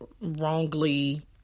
wrongly